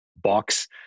box